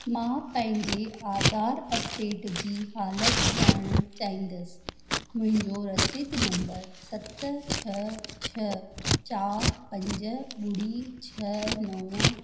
मां पंहिंजे आधार अपडेट जी हालत ॼाणण चाहींदसि मुंहिंजो रसीद नंबर सत छ छ चार पंज ॿुड़ी छ नव